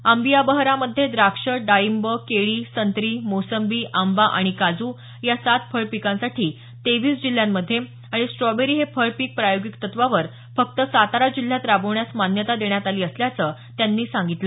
आंबिया बहारामधे द्राक्षं डाळिंब केळी संत्रा मोसंबी आंबा आणि काजू या सात फळ पिकांसाठी तेवीस जिल्ह्यांमधे आणि स्ट्रॉबेरी हे फळ पीक प्रायोगिक तत्वावर फक्त सातारा जिल्ह्यात राबवण्यास मान्यता देण्यात आली असल्याचं त्यांनी सांगितलं